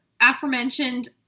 aforementioned